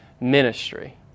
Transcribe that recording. ministry